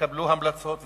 והתקבלו המלצות והחלטות,